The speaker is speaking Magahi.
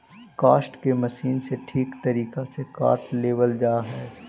काष्ठ के मशीन से ठीक तरीका से काट लेवल जा हई